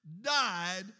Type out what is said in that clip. died